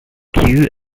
queue